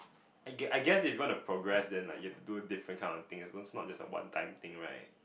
I gue~ I guess if you want to progress then like you have to do different kind of things those it's not just a one time thing right